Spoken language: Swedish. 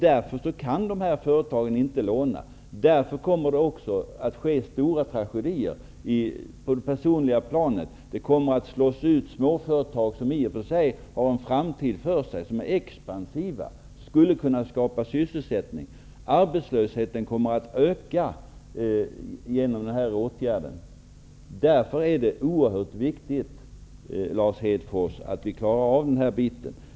Därför kan dessa företag inte låna. Därför kommer det att bli stora tragedier på det personliga planet. Det kommer att slås ut småföretag som i och för sig har en framtid för sig och som är expansiva och skulle kunna skapa sysselsättning. Arbetslösheten kommer att öka. Därför är det oerhört viktigt, Lars Hedfors, att vi klarar ut den här frågan.